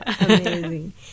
Amazing